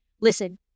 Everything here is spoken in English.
Listen